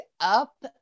up